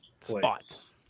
place